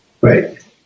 Right